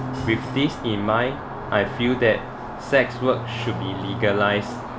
with this in mind I feel that sex work should be legalised